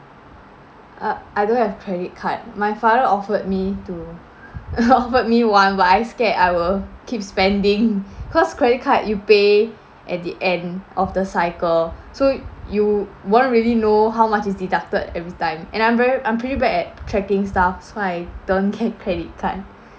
uh I don't have credit card my father offered me to offered me one but I scared I will keep spending cause credit card you pay at the end of the cycle so you won't really know how much is deducted every time and I'm very I'm pretty bad at tracking stuff so I don't get credit card